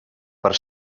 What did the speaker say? per